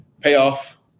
payoff